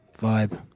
vibe